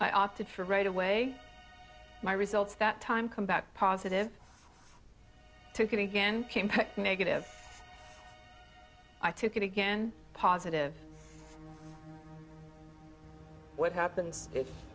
i opted for right away my results that time come back positive to again negative i took it again positive what happens if